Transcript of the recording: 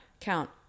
count